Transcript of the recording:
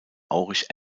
aurich